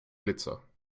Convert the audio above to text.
blitzer